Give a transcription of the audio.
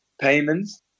payments